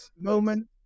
moment